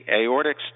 aortic